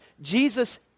Jesus